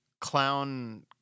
clown